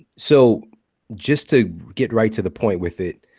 so just to get right to the point with it,